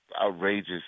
outrageous